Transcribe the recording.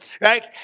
right